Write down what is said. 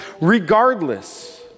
Regardless